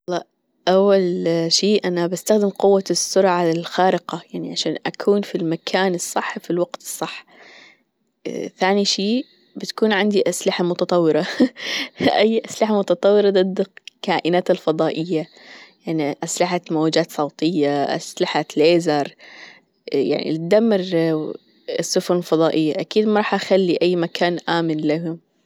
أول شيء أنا بأستخدم قوة السرعة الخارقة يعني عشان أكون في المكان الصح في الوقت الصح ثاني شي بتكون عندي أسلحة متطورة أي أسلحة متطورة ضد الكائنات الفضائية يعني أسلحة موجات صوتية أسلحة ليزريعني تدمر السفن الفضائية أكيد ما راح أخلي أي مكان آمن لهم.